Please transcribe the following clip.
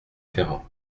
ferrand